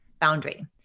boundary